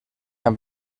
amb